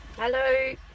Hello